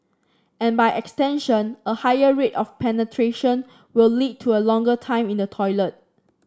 and by extension a higher rate of penetration will lead to a longer time in the toilet